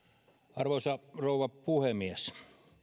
arvoisa rouva puhemies